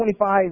25